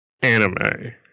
anime